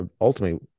ultimately